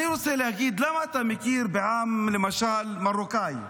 אני רוצה להגיד, למה אתה מכיר למשל בעם המרוקאי?